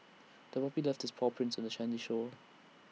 the puppy left its paw prints on the shore